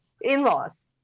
in-laws